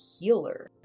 healer